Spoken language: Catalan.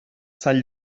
sant